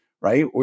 right